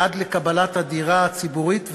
עד לקבלת הדירה הציבורית,